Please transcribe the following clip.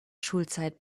schulzeit